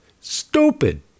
stupid